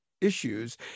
issues